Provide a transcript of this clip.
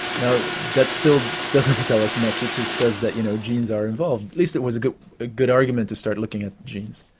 now that still doesn't tell us much, it just says that you know genes are involved. at least it was a good ah good argument to start looking at genes.